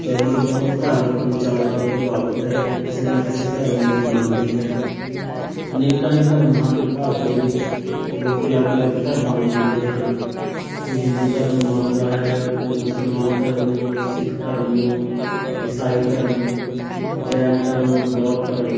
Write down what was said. ਕਹਿ ਲਈਏ ਤਾਂ ਉਹ ਧਾਰਮਿਕ ਵਿਚਾਰਾਂ ਤੋਂ ਪ੍ਰਭਾਵਿਤ ਹੈ ਕਿਸੇ ਨਾ ਕਿਸੇ ਧਰਮ ਨੂੰ ਮੰਨਦੀ ਹੈ ਅਨੇਕਾਂ ਹੀ ਧਰਮ ਹਨ ਭਾਰਤ ਦੇ ਵਿੱਚ ਲੋਕ ਅਲੱਗ ਅਲੱਗ ਧਰਮਾਂ ਨੂੰ ਮੰਨਦੇ ਹਨ ਕੋਈ ਹਿੰਦੂ ਧਰਮ ਨੂੰ ਮੰਨਦਾ ਹੈ ਕੋਈ ਮੁਸਲਮਾਨ ਧਰਮ ਨੂੰ ਸਿੱਖ ਧਰਮ ਨੂੰ ਈਸਾਈ ਧਰਮ ਜੈਨ ਧਰਮ ਬੋਧ ਧਰਮ